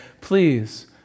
please